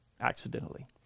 accidentally